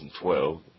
2012